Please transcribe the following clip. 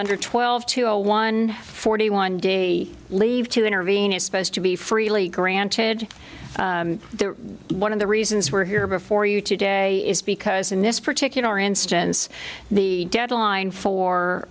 under twelve to a one forty one day leave to intervene is supposed to be freely granted one of the reasons we're here before you today is because in this particular instance the deadline for